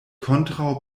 kontraŭ